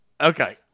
Okay